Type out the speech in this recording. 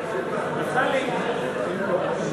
נפתלי, בוא.